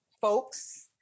folks